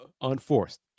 unforced